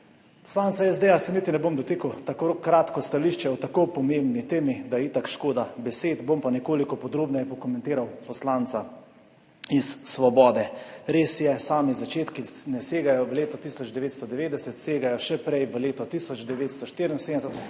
Poslanca SD se niti ne bom dotikal, tako kratko stališče o tako pomembni temi, da je itak škoda besed. Bom pa nekoliko podrobneje pokomentiral poslanca iz Svobode. Res je, sami začetki ne segajo v leto 1990, segajo še dlje, v leto 1974,